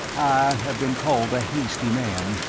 i have been called a hasty man,